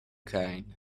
kine